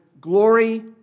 glory